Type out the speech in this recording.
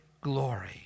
glory